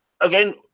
again